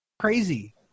crazy